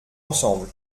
ensemble